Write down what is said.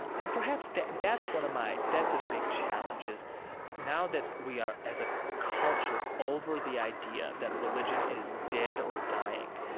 and perhaps that's one of my, that's a big challenge, is now that we are, as a culture, over the idea that religion is dead or dying,